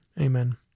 amen